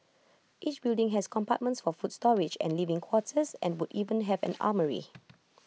each building has compartments for food storage and living quarters and would even have an armoury